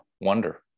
wonder